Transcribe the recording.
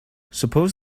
suppose